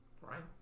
right